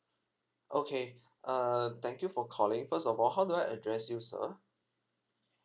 okay err thank you for calling first of all how do I address you sir